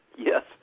Yes